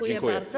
Dziękuję bardzo.